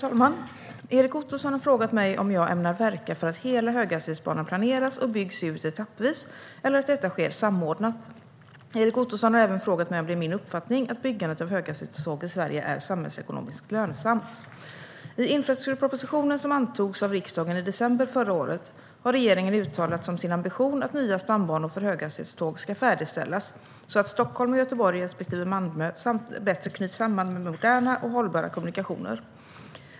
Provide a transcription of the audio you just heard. Herr talman! Erik Ottoson har frågat mig om jag ämnar verka för att hela höghastighetsbanan planeras och byggs ut etappvis eller att detta sker samordnat. Erik Ottoson har även frågat mig om det är min uppfattning att byggandet av höghastighetståg i Sverige är samhällsekonomiskt lönsamt. I infrastrukturpropositionen som antogs av riksdagen i december förra året har regeringen uttalat som sin ambition att nya stambanor för höghastighetståg ska färdigställas så att Stockholm och Göteborg respektive Malmö bättre knyts samman med moderna och hållbara kommunikationer.